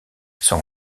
son